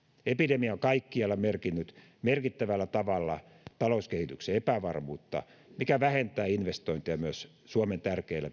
epidemia on kaikkialla merkinnyt merkittävällä tavalla talouskehityksen epävarmuutta mikä vähentää investointeja myös suomen tärkeillä